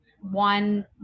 one